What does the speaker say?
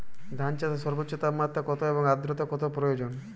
ধান চাষে সর্বোচ্চ তাপমাত্রা কত এবং আর্দ্রতা কত প্রয়োজন?